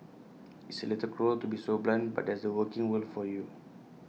it's A little cruel to be so blunt but that's the working world for you